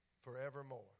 forevermore